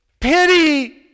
Pity